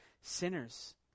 sinners